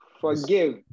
Forgive